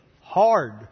hard